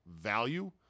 value